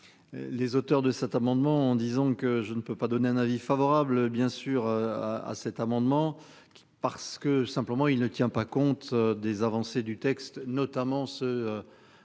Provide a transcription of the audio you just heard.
Les auteurs de cet amendement en disant que je ne peux pas donner un avis favorable bien sûr. À cet amendement qui parce que simplement il ne tient pas compte des avancées du texte notamment ceux.